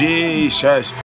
Jesus